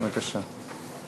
בבקשה.